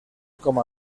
com